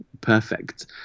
perfect